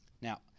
Now